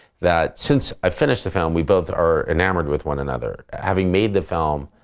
that since i finished the film, we both are enamoured with one another. having made the film,